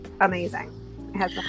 amazing